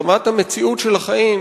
רמת המציאות של החיים,